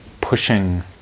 pushing